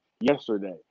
yesterday